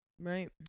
Right